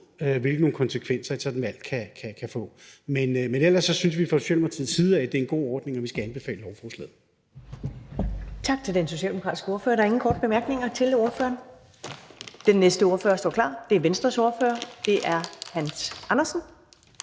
hvilke konsekvenser et sådant valg kan få. Men ellers synes vi fra Socialdemokratiets side, at det er en god ordning, og vi vil anbefale lovforslaget.